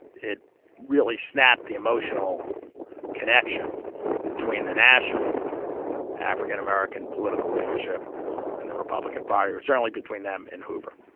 it really snapped the emotional connection between the national african american political leadership and the republican party, certainly between them and hoover